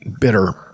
bitter